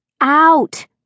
Out